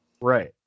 Right